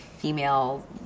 female